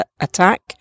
attack